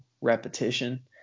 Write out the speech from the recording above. repetition